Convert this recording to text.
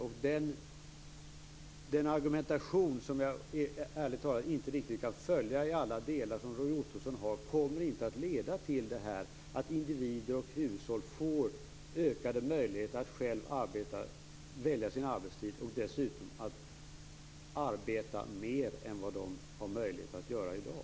Ärligt talat kan jag inte riktigt följa Roy Ottossons argumentation i alla delar, men hans förslag kommer inte att leda till att individer och hushåll får ökade möjligheter att själva välja sin arbetstid och dessutom arbeta mer än vad de har möjlighet att göra i dag.